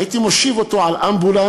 הייתי מושיב אותו על אמבולנס,